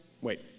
Wait